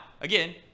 again